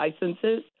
licenses